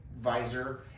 visor